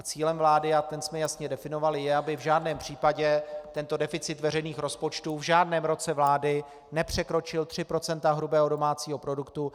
Cílem vlády, a ten jsme jasně definovali, je, aby v žádném případě tento deficit veřejných rozpočtů v žádném roce vlády nepřekročil tři procenta hrubého domácího produktu.